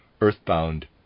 earthbound